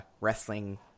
wrestling